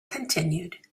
continued